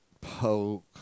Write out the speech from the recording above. poke